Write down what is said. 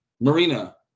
Marina